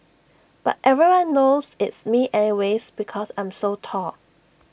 but everyone knows it's me anyways because I'm so tall